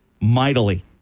mightily